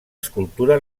escultura